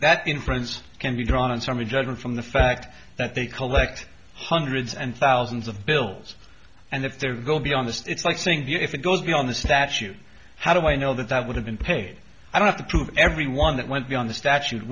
that in france can be drawn on summary judgment from the fact that they collect hundreds and thousands of bills and if they're going to be honest it's like saying if it goes beyond the statute how do i know that that would have been paid i don't have to prove every one that went beyond the statute would